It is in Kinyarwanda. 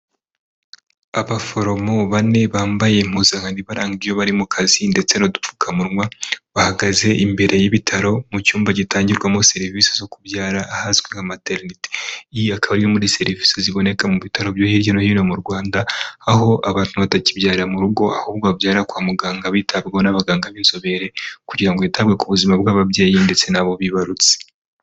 Abaforomo bane bambaye impuzankano ibaranga iyo bari mu kazi ndetse n'udupfukamunwa, bahagaze imbere y'ibitaro mu cyumba gitangirwamo serivisi zo kubyara ahazwi nka materinite. Iyi akaba ariyo muri serivisi ziboneka mu bitaro byo hirya no hino mu Rwanda, aho abantu batakibyara mu rugo ahubwo babyarira kwa muganga bitabwaho n'abaganga b'inzobere kugira ngo hitabwe ku buzima bw'ababyeyi ndetse n'abo bibarutse.